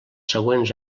següents